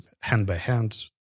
hand-by-hand